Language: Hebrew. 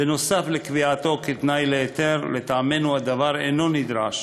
בנוסף לקביעתה כתנאי להיתר, לטעמנו הדבר אינו נדרש